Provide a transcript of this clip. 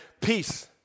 peace